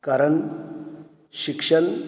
कारण शिक्षण